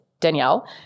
Danielle